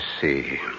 see